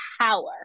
power